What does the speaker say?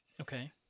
Okay